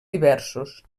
diversos